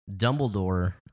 dumbledore